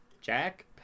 Jack